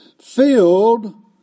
filled